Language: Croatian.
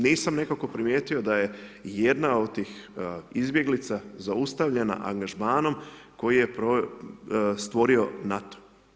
Nisam nekako primijetio da je ijedna od tih izbjeglica zaustavljena angažmanom koji je stvorio NATO.